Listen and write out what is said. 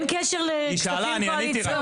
אין קשר לכספים קואליציוניים.